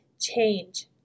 change